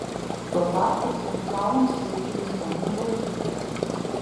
tuo tarpu chemikalams jautrių žmonių daugėja